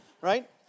Right